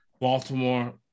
Baltimore